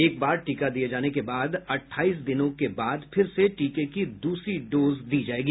एक बार टीका दिये जाने के बाद अठाईस दिनों के बाद फिर से टीके की दूसरी डोज दी जायेगी